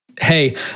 hey